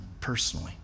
personally